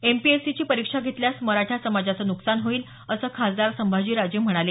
एमपीएससीची परीक्षा घेतल्यास मराठा समाजाचं नुकसान होईल असं खासदार संभाजीराजे म्हणाले